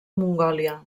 mongòlia